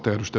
kiitos